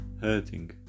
hurting